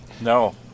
No